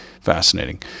fascinating